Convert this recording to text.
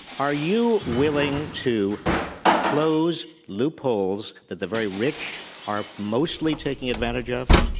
are you willing to close loopholes that the very rich are mostly taking advantage of?